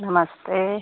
नमस्ते